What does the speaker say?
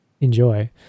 enjoy